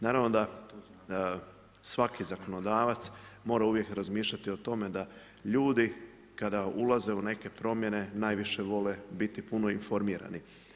Naravno da svaki zakonodavac mora uvijek razmišljati o tome da ljudi kada ulaze u neke promjene najviše vole biti puno informirani.